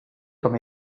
comme